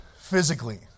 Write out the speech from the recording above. physically